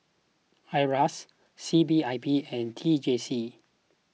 Iras C P I B and T J C